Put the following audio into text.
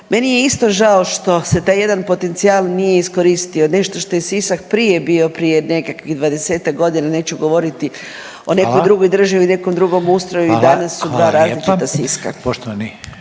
meni je isto žao što se taj jedan potencijal nije iskoristio, nešto što je Sisak bio, prije nekakvih 20-ak godina, neću govoriti o nekoj drugoj državi .../Upadica: Hvala. Hvala./... o